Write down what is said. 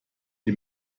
die